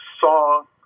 song